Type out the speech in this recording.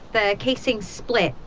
the casing's split.